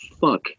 fuck